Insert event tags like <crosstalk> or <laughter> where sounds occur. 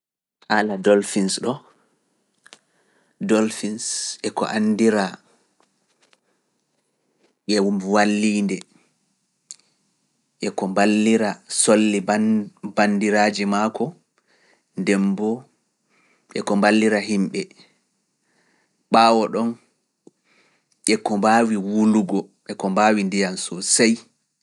<noise> Haala Dolphins ɗo. eko anndira e walliinde; eko mballira himbe e solli fu.